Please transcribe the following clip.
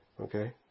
Okay